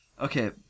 Okay